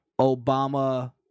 Obama